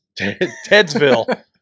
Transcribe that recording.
Tedsville